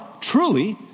truly